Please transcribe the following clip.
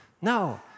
No